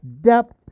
depth